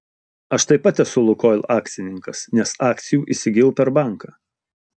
aš taip pat esu lukoil akcininkas nes akcijų įsigijau per banką